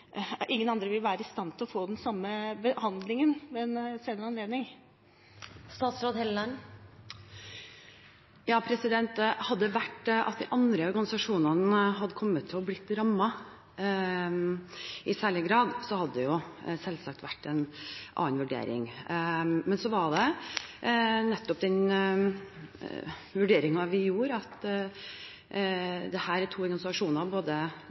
vil være i stand til å få den samme behandlingen ved en senere anledning. Hadde det vært slik at de andre organisasjonene hadde kommet til å bli rammet i særlig grad, hadde det selvsagt vært en annen vurdering. Men det var nettopp den vurderingen vi gjorde, at dette er to organisasjoner, både